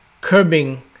curbing